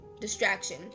distraction